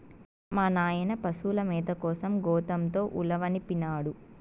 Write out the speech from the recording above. మా నాయన పశుల మేత కోసం గోతంతో ఉలవనిపినాడు